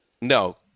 No